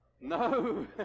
No